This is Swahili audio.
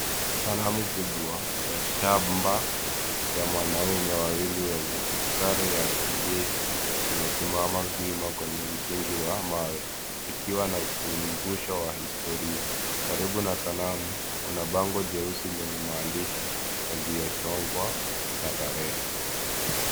Sanamu kubwa ya shamba ya mwanaume wawili wenye sare ya kijeshi imesimama wima kwenye msingi wa mawe ikiwa na ukumbusho wa historia. Karibu na sanamu kuna bango jeusi lenye maandishi yaliyochongwa na tarehe.